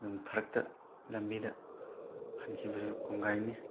ꯑꯗꯨꯝ ꯐꯔꯛꯇ ꯂꯝꯕꯤꯗ ꯍꯟꯈꯤꯕꯁꯨ ꯀꯣꯡꯒꯥꯏꯅꯤ